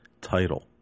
title